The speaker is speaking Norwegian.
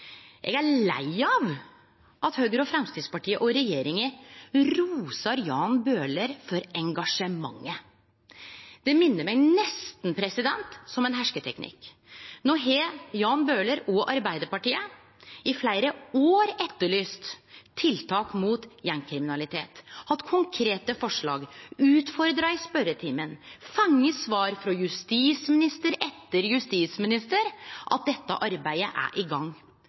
Eg er lei av at Høgre og Framstegspartiet og regjeringa rosar Jan Bøhler for engasjementet. Det minner meg nesten om ein hersketeknikk. No har Jan Bøhler og Arbeidarpartiet i fleire år etterlyst tiltak mot gjengkriminalitet, hatt konkrete forslag, utfordra i spørjetimen, og fått svar frå justisminister etter justisminister om at dette arbeidet er i gang.